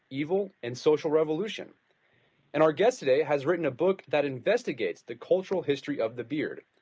evil, and social revolution and our guest today has written a book that investigates the cultural history of the beard.